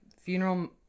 funeral